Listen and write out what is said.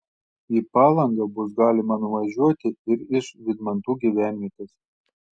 į palangą bus galima nuvažiuoti ir iš vydmantų gyvenvietės